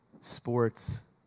sports